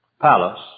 palace